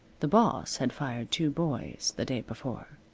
the boss had fired two boys the day before.